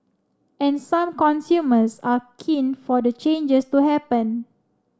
and some consumers are keen for the changes to happen